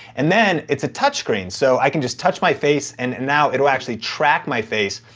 and then it's a touch screen, so i can just touch my face and and now, it'll actually track my face.